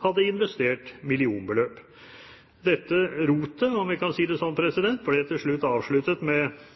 hadde investert millionbeløp. Dette rotet – om vi kan si det sånn – ble til slutt avsluttet med